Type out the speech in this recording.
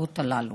הזוועות הללו.